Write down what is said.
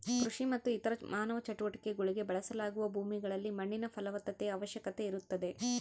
ಕೃಷಿ ಮತ್ತು ಇತರ ಮಾನವ ಚಟುವಟಿಕೆಗುಳ್ಗೆ ಬಳಸಲಾಗುವ ಭೂಮಿಗಳಲ್ಲಿ ಮಣ್ಣಿನ ಫಲವತ್ತತೆಯ ಅವಶ್ಯಕತೆ ಇರುತ್ತದೆ